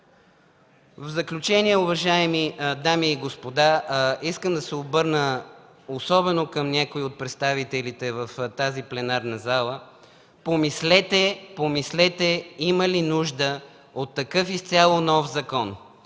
В заключение, уважаеми дами и господа, искам да се обърна особено към някои от представителите в тази пленарна зала – помислете има ли нужда от такъв изцяло нов закон.